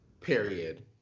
period